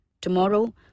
Tomorrow